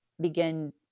begin